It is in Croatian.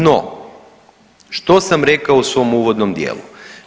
No, što sam rekao u svom uvodnom dijelu?